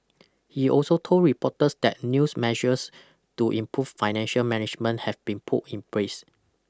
he also told reporters that news measures to improve financial management have been put in place